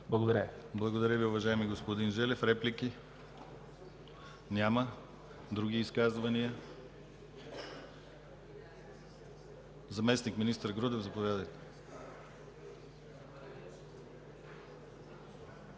Благодаря Ви, уважаеми господин Желев. Реплики? Няма. Други изказвания? Заместник-министър Грудев, заповядайте.